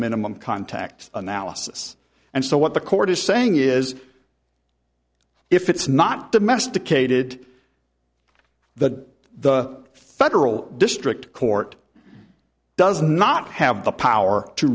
minimum contact analysis and so what the court is saying is if it's not domesticated the the federal district court does not have the power to